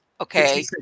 Okay